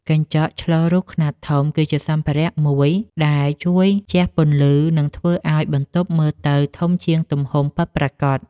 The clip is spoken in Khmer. កញ្ចក់ឆ្លុះរូបខ្នាតធំ គឺជាសម្ភារៈមួយដែលជួយជះពន្លឺ និងធ្វើឱ្យបន្ទប់មើលទៅធំជាងទំហំពិតប្រាកដ។